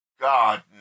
God